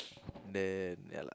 then ya lah